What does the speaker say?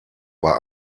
war